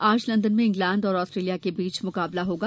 आज लंदन में इंग्लैंड और ऑस्ट्रोलिया के बीच मुकाबला होगा